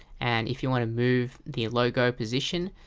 and if you want to move the logo position,